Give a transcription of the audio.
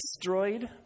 destroyed